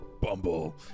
Bumble